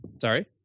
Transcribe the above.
Sorry